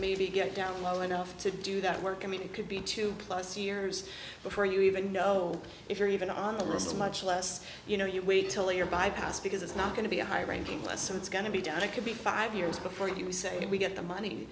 maybe get down low enough to do that work i mean it could be two plus years before you even know if you're even on the rolls much less you know you wait till your bypass because it's not going to be a high ranking law so it's going to be done it could be five years before you say can we get the money